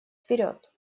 вперед